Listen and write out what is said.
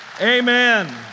Amen